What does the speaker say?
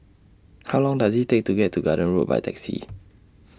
How Long Does IT Take to get to Garden Road By Taxi